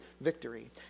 victory